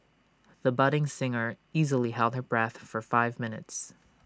the budding singer easily held her breath for five minutes